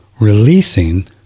releasing